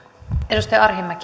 arvoisa